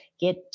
get